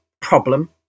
problem